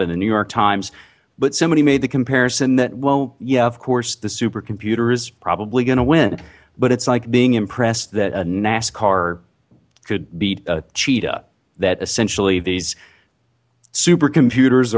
it in the new york times but somebody made the comparison that well yeah of course the supercomputer is probably gonna win but it's like being impressed that a nascar could beat a cheetah that essentially these supercomputers